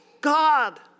God